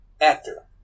actor